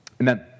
Amen